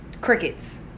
Crickets